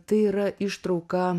tai yra ištrauka